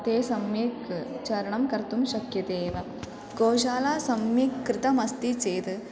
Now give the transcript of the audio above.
ते सम्यक् चरणं कर्तुं शक्यते एव गोशाला सम्यक् कृतम् अस्ति चेद्